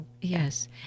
Yes